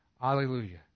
hallelujah